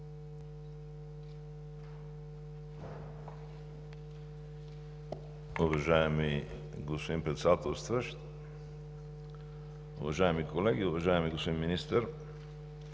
Уважаеми господин Председателстващ, уважаеми колеги! Уважаеми господин Министър,